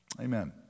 Amen